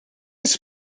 used